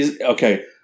Okay